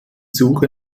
suche